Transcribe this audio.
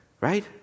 right